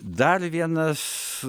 dar vienas